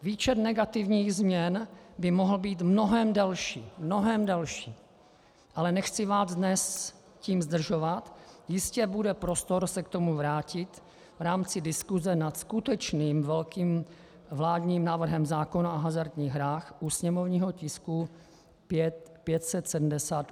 Výčet negativních změn by mohl být mnohem delší, mnohem delší, ale nechci vás dnes tím zdržovat, jistě bude prostor se k tomu vrátit v rámci diskuse nad skutečným velkým vládním návrhem zákona o hazardních hrách u sněmovního tisku 578.